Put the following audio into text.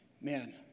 man